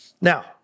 Now